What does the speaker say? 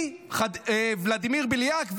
ולדימיר בליאק,